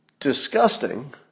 Disgusting